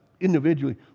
individually